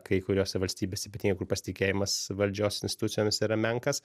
kai kuriose valstybėse ypatingai kur pasitikėjimas valdžios institucijomis yra menkas